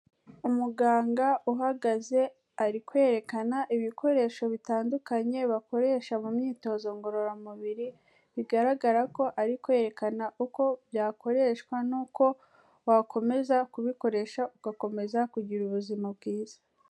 Umuganga uhagaze ari kwerekana ibikoresho bitandukanye bakoresha mu myitozo ngororamubiri, bigaragara ko ari kwerekana uko byakoreshwa n'uko wakomeza kubikoresha ugakomeza kugira ubuzima bwiza.